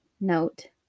note